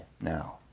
now